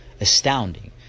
astounding